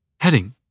Heading